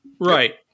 Right